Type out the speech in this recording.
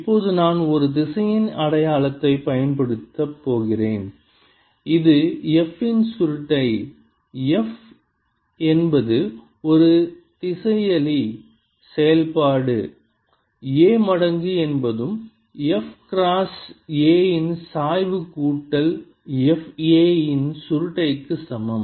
இப்போது நான் ஒரு திசையன் அடையாளத்தைப் பயன்படுத்தப் போகிறேன் இது f இன் சுருட்டை அங்கு f என்பது ஒரு திசையிலி செயல்பாடு A மடங்கு என்பதும் f கிராஸ் A இன் சாய்வு கூட்டல் f A இன் சுருட்டை க்கு சமம்